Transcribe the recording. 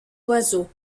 oiseaux